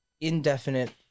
indefinite